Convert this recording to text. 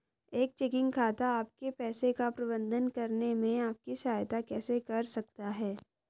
एक चेकिंग खाता आपके पैसे का प्रबंधन करने में आपकी सहायता कैसे कर सकता है?